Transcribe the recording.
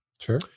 Sure